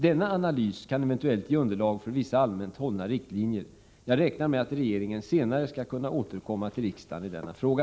Denna analys kan eventuellt ge underlag för vissa allmänt hållna riktlinjer. Jag räknar med att regeringen senare skall kunna återkomma till riksdagen i denna fråga.